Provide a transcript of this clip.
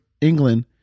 England